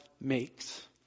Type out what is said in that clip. makes